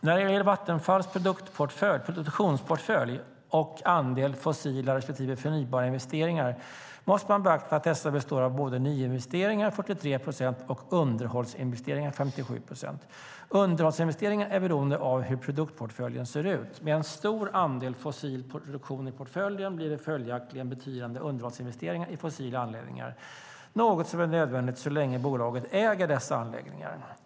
När det gäller Vattenfalls produktionsportfölj och andel fossila respektive förnybara investeringar måste man beakta att dessa består av både nyinvesteringar, 43 procent, och underhållsinvesteringar, 57 procent. Underhållsinvesteringar är beroende av hur produktionsportföljen ser ut. Med en stor andel fossil produktion i portföljen blir det följaktligen betydande underhållsinvesteringar i fossila anläggningar, något som är nödvändigt så länge bolaget äger dessa anläggningar.